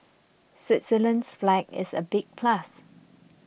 Switzerland's flag is a big plus